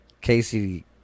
Casey